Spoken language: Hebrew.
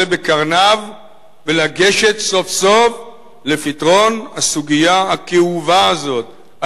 בקרניו ולגשת סוף-סוף לפתרון הסוגיה הכאובה הזאת,